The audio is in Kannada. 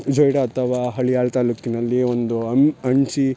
ಜೋಯ್ಡಾ ಅಥವಾ ಹಳಿಯಾಳ ತಾಲೂಕಿನಲ್ಲಿ ಒಂದು ಅಮ್ ಅಣಶಿ